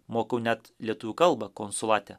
mokau net lietuvių kalbą konsulate